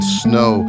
snow